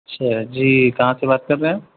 اچھا جی کہاں سے بات کر رہے ہیں